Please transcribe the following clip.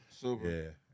Super